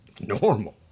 normal